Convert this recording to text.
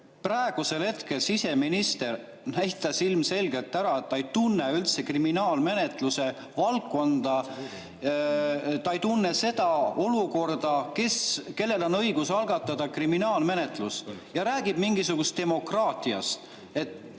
praegu siseminister näitas ilmselgelt ära, et ta ei tunne üldse kriminaalmenetluse valdkonda. Ta ei tunne seda olukorda, kellel on õigus algatada kriminaalmenetlust. Ta räägib mingisugusest demokraatiast,